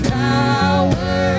power